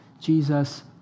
Jesus